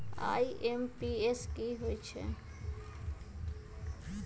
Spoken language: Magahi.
आई.एम.पी.एस की होईछइ?